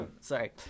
Sorry